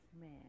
man